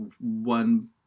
one